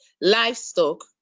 Livestock